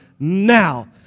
now